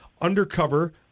undercover